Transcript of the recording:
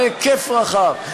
בהיקף רחב,